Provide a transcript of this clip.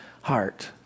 heart